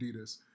Adidas